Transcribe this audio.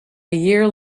year